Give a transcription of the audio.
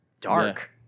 dark